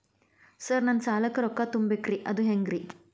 Sir ನನ್ನ ಸಾಲಕ್ಕ ರೊಕ್ಕ ತುಂಬೇಕ್ರಿ ಅದು ಹೆಂಗ್ರಿ?